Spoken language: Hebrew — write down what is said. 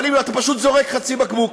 אבל אם לא, אתה פשוט זורק חצי בקבוק